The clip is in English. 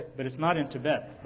but it's not in tibet,